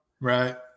Right